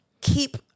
keep